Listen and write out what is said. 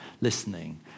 listening